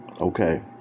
Okay